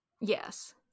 Yes